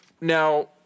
now